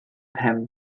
pen